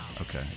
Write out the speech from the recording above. Okay